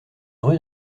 rue